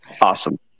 Awesome